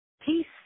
peace